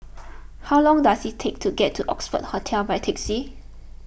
how long does it take to get to Oxford Hotel by taxi